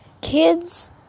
kids